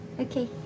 Okay